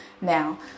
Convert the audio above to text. now